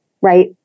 right